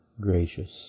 gracious